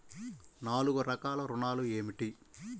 నాలుగు రకాల ఋణాలు ఏమిటీ?